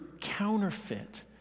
counterfeit